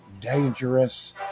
dangerous